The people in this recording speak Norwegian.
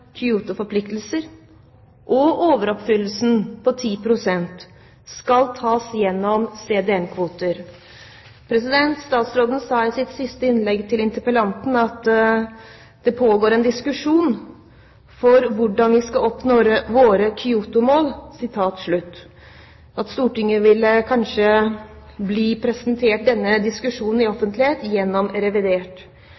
kyotoforpliktelser og overoppfyllelsen på 10 pst. skal tas gjennom CDM-kvoter? Statsråden sa i sitt siste innlegg til interpellanten at det pågår en diskusjon om hvordan vi skal oppnå våre kyotomål, at Stortinget kanskje ville bli presentert for denne diskusjonen i